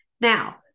Now